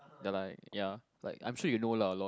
the like ya like I'm sure you know lah a lot